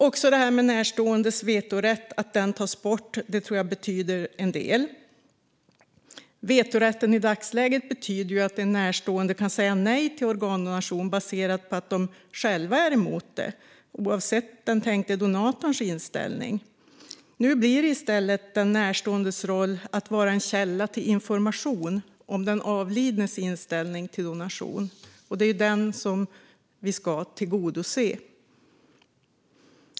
Att närståendes vetorätt tas bort betyder nog en del. I dagsläget betyder vetorätten att en närstående kan säga nej till organdonation baserat på att man själv är emot det oavsett den tänkta donatorns inställning. Nu blir i stället den närståendes roll att vara en källa till information om den avlidnes inställning till donation. Det är den vi ska tillgodose.